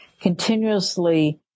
continuously